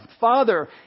Father